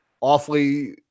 Awfully